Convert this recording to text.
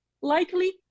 Likely